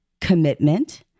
commitment